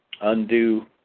undue